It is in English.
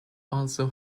also